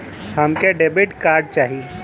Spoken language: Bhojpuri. हमके डेबिट कार्ड चाही?